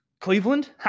Cleveland